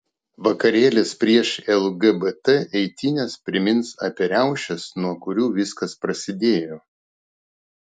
vakarėlis prieš lgbt eitynes primins apie riaušes nuo kurių viskas prasidėjo